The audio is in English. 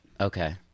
Okay